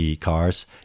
cars